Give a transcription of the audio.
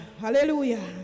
Hallelujah